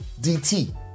DT